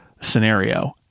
scenario